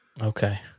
Okay